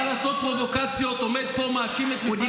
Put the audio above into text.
--- חבר